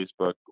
Facebook